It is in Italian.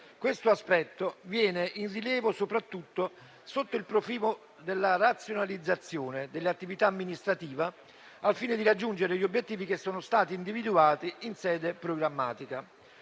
Questo aspetto viene in rilievo soprattutto sotto il profilo della razionalizzazione dell'attività amministrativa, al fine di raggiungere gli obiettivi che sono stati individuati in sede programmatica.